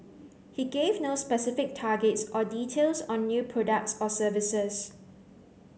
he gave no specific targets or details on new products or services